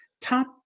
top